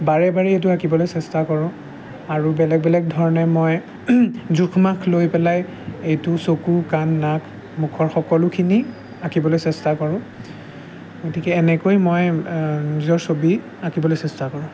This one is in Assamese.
বাৰে বাৰে এইটো আঁকিবলৈ চেষ্টা কৰোঁ আৰু বেলেগ বেলেগ ধৰণে মই জোখ মাখ লৈ পেলাই এইটো চকু কাণ নাক মুখৰ সকলোখিনি আঁকিবলৈ চেষ্টা কৰোঁ গতিকে এনেকৈ মই নিজৰ ছবি আঁকিবলৈ চেষ্টা কৰোঁ